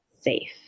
safe